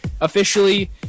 Officially